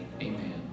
Amen